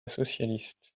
socialiste